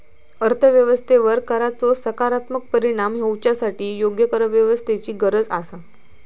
अर्थ व्यवस्थेवर कराचो सकारात्मक परिणाम होवच्यासाठी योग्य करव्यवस्थेची गरज आसा